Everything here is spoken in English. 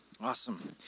Awesome